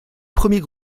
premiers